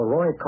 Roy